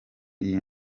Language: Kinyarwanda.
iyi